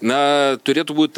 na turėtų būt